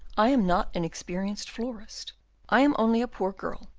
i am not an experienced florist i am only a poor girl,